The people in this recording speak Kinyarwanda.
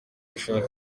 ashaka